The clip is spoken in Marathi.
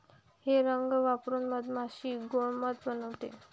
हे रंग वापरून मधमाशी गोड़ मध बनवते